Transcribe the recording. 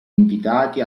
invitati